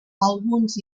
alguns